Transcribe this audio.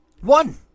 One